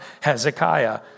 Hezekiah